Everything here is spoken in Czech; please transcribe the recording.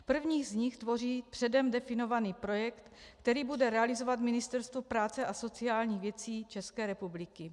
První z nich tvoří předem definovaný projekt, který bude realizovat Ministerstvo práce a sociálních věcí České republiky.